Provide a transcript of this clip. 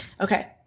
Okay